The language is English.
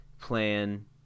plan